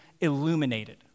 illuminated